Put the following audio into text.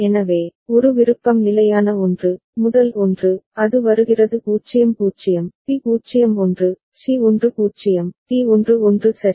எனவே ஒரு விருப்பம் நிலையான ஒன்று முதல் ஒன்று அது வருகிறது 0 0 பி 0 1 சி 1 0 டி 1 1 சரி